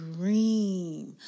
dream